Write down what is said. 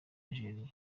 nigeria